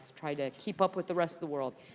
try to keep up with the rest of the world.